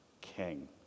king